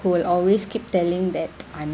who will always keep telling that I'm